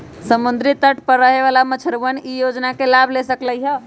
समुद्री तट पर रहे वाला मछुअरवन ई योजना के लाभ ले सका हई